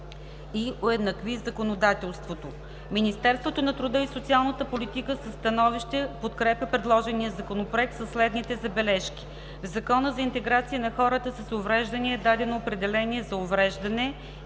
и уеднакви законодателството. Министерството на труда и социалната политика със становище подкрепя предложения Законопроект със следните забележки: - в Закона за интеграция на хората с увреждания е дадено определение за „увреждане“